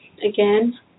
again